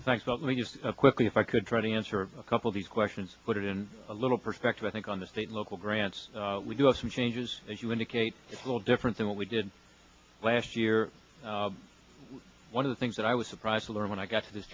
college thanks quickly if i could try to answer a couple of these questions put it in a little perspective i think on the state local grants we do have some changes as you indicate it's a little different than what we did last year one of the things that i was surprised to learn when i got to this